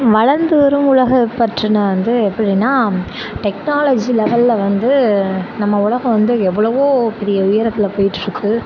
வளர்ந்து வரும் உலகைப் பற்றினால் வந்து எப்படினா டெக்னாலஜி லெவலில் வந்து நம்ம உலகம் வந்து எவ்வளவோ பெரிய உயரத்தில் போயிட்டிருக்கு